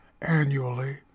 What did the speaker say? annually